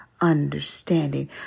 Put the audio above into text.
understanding